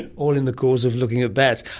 and all in the cause of looking at bats.